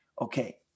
okay